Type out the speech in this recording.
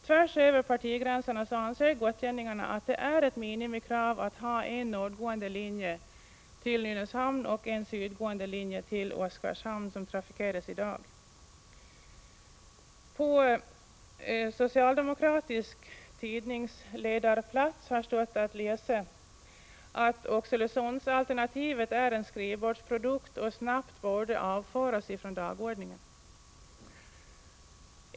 Tvärsöver partigränserna anser gotlänningarna att det är ett minimikrav att ha en nordgående linje till Nynäshamn och en sydgående linje till Oskarshamn, som trafikeras i dag. På socialdemokratisk tidningsledarplats har stått att läsa att Oxelösundsalternativet är en skrivbordsprodukt som snabbt borde avföras från dagordningen.